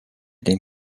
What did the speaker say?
den